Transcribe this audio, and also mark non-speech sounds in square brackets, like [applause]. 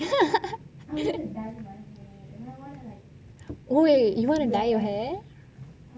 [laughs] !oi! where you want to dye your hair